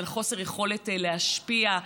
על חוסר יכולת להשפיע,